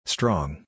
Strong